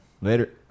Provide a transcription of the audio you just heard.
Later